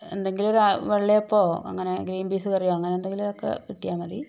എന്തെങ്കിലും ഒരു വെള്ളയപ്പമോ അങ്ങനെ ഗ്രീൻ പീസ് കറിയോ അങ്ങനെയെന്തെങ്കിലും ഒക്കെ കിട്ടിയാൽ മതി